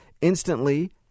Instantly